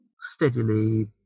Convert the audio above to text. steadily